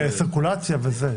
סירקולציה וזה.